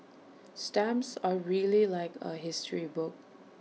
stamps are really like A history book